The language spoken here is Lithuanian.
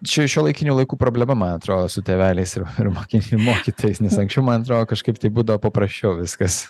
čia šiuolaikinių laikų problema man atrodo su tėveliais ir mo mokytojais nes anksčiau man atrodo kažkaip tai būdavo paprasčiau viskas